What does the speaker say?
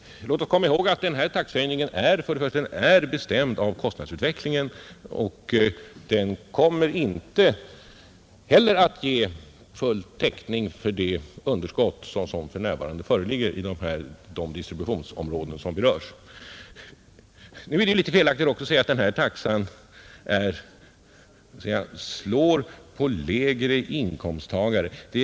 Låt oss komma ihåg att denna taxehöjning är bestämd av kostnadsutvecklingen och inte heller ger full täckning för det underskott som för närvarande föreligger inom de distributionsområden som berörs. Nu är det också litet felaktigt att säga att denna taxa slår hårdast för lägre inkomsttagare.